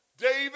David